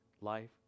life